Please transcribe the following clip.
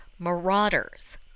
Marauders